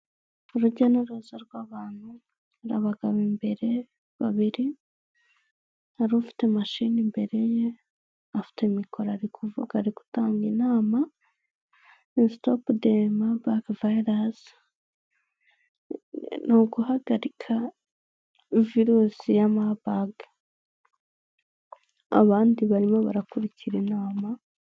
Urujya n'uruza rw'abantu n'abagabo imbere babiri, hari ufite machine imbere ye a afite micolo ari kuvuga, ari gutanga inama sitopu de mabage vayirasi ni uguhagarika virusi ya mabage abandi barimo bara kurikira inama.